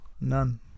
None